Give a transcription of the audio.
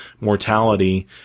mortality